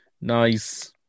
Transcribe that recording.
nice